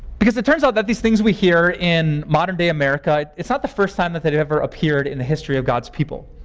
because it turns out these things we hear in modern day america, it's not the first time that that it ever appeared in the history of god's people.